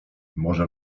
może